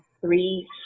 three